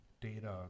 data